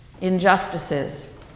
injustices